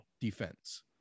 defense